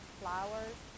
flowers